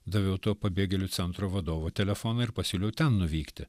daviau to pabėgėlių centro vadovo telefoną ir pasiūliau ten nuvykti